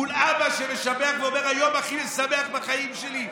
מול אבא שמשבח ואומר: היום הכי שמח בחיים שלי,